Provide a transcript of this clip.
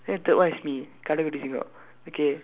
then third one is me Kadaikutty Singam singkam okay